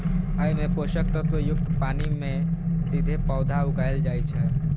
अय मे पोषक तत्व युक्त पानि मे सीधे पौधा उगाएल जाइ छै